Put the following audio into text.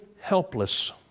helpless